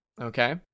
Okay